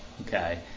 Okay